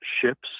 ship's